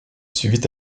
suivait